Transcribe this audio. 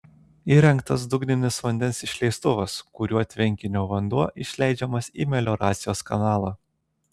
įrengtas dugninis vandens išleistuvas kuriuo tvenkinio vanduo išleidžiamas į melioracijos kanalą